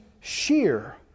sheer